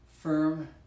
firm